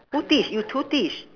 who teach you who teach